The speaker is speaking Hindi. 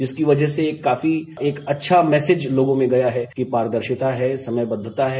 इसकी वजह से एक काफी अच्छा मैसेज लोगों में गया है कि पारदर्शिता है समयबद्वता है